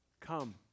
Come